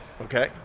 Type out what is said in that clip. Okay